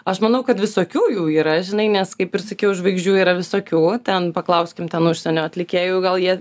aš manau kad visokių jų yra žinai nes kaip ir sakiau žvaigždžių yra visokių ten paklauskim ten užsienio atlikėjų gal jie